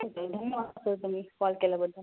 ठीक आहे धन्यवाद सर तुम्ही कॉल केल्याबद्दल